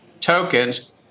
tokens